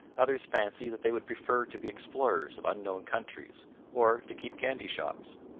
others fancy that they would prefer to be explorers of unknown countries or to keep candy shops.